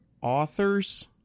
authors